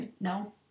no